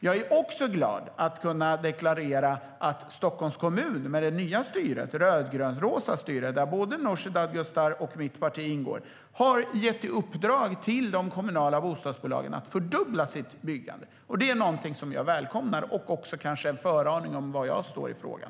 Jag är också glad att kunna deklarera att Stockholms kommun med det nya rödgrönrosa styret, där både Nooshi Dadgostars och mitt parti ingår, har gett i uppdrag till de kommunala bostadsbolagen att fördubbla sitt byggande. Det är någonting som jag välkomnar, och det ger kanske också en föraning om var jag står i frågan.